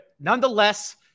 Nonetheless